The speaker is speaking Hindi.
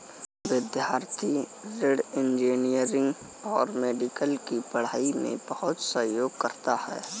विद्यार्थी ऋण इंजीनियरिंग और मेडिकल की पढ़ाई में बहुत सहयोग करता है